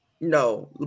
No